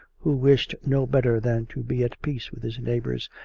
who wished no better than to be at peace with his neighbours,